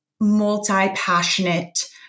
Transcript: multi-passionate